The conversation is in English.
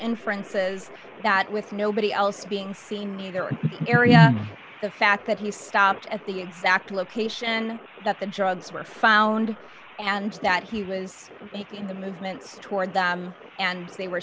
inferences that with nobody else being seen either area the fact that he stopped at the exact location that the drugs were found and that he was making the movements toward them and they were